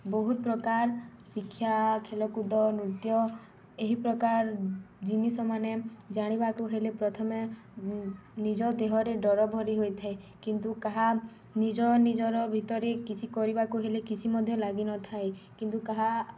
ବହୁତ ପ୍ରକାର ଶିକ୍ଷା ଖେଳକୁଦ ନୃତ୍ୟ ଏହି ପ୍ରକାର ଜିନିଷ ମାନ ଜାଣିବାକୁ ହେଲେ ପ୍ରଥମେ ନିଜ ଦେହରେ ଡର ଭରି ହୋଇଥାଏ କିନ୍ତୁ କାହା ନିଜ ନିଜର ଭିତରେ କିଛି କରିବାକୁ ହେଲେ କିଛି ମଧ୍ୟ ଲାଗିନଥାଏ କିନ୍ତୁ କାହା